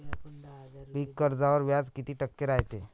पीक कर्जावर व्याज किती टक्के रायते?